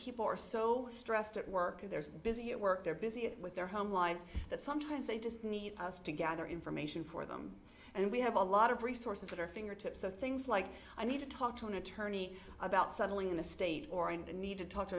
people are so stressed at work there's busy at work they're busy with their home lives that sometimes they just need us to gather information for them and we have a lot of resources at our fingertips so things like i need to talk to an attorney about settling in a state or and a need to talk to